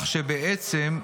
בעצם,